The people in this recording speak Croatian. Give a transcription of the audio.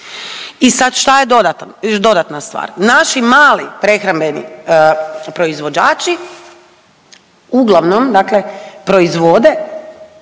I sad šta je dodatno, dodatna stvar naši mali prehrambeni proizvođači uglavnom dakle proizvode